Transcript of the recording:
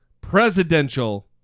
presidential